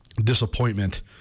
disappointment